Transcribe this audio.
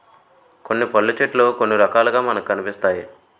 కొన్ని పళ్ళు చెట్లు కొన్ని రకాలుగా మనకి కనిపిస్తాయి